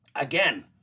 Again